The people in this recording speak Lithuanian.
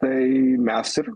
tai mes ir